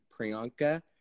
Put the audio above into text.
Priyanka